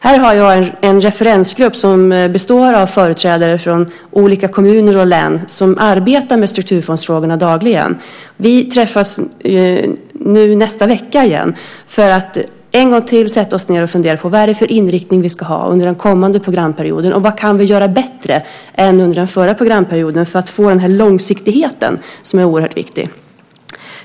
Här har jag en referensgrupp som består av företrädare från olika kommuner och län som arbetar med strukturfondsfrågorna dagligen. Vi träffas igen nu nästa vecka för att en gång till sätta oss ned och fundera: Vad är det för inriktning vi ska ha under den kommande programperioden? Vad kan vi göra bättre än under den förra programperioden för att få den långsiktighet som är oerhört viktig?